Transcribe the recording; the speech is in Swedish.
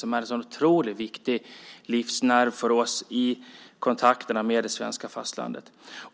Den är en otroligt viktig livsnerv för oss i kontakterna med det svenska fastlandet.